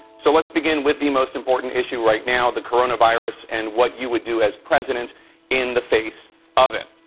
so let's begin with the most important issue right now, the coronavirus and what you would do as president in the face of it.